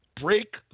break